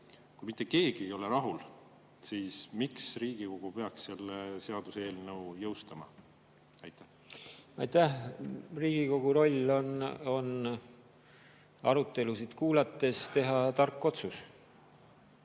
kui mitte keegi ei ole rahul, siis miks Riigikogu peaks selle seaduseelnõu jõustama? Aitäh! Riigikogu roll on arutelusid kuulates teha tark otsus.